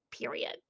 period